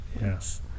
Yes